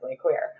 queer